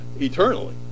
Eternally